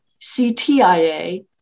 CTIA